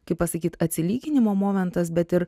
kaip pasakyt atsilyginimo momentas bet ir